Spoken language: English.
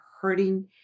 hurting